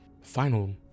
Final